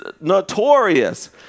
notorious